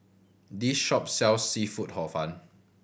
this shop sells seafood Hor Fun